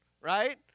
right